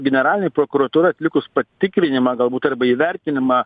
generalinei prokuratūrai atlikus patikrinimą galbūt arba įvertinimą